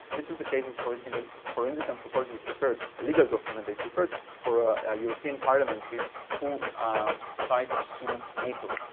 this is the case for a single forensic anthropology prepared, a legal document they prepared for a european parliamentary who tried to sue nato,